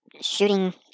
shooting